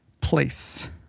place